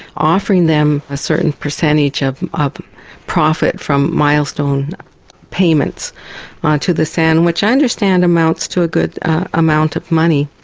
offering them a certain percentage of of profit from milestone payments ah to the san, which i understand amounts to a good amount of money.